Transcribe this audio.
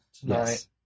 tonight